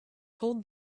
told